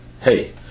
Hey